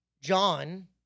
John